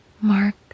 Mark